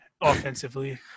offensively